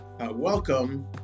Welcome